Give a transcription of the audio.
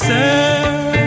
Say